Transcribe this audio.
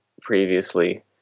previously